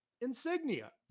insignia